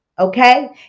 Okay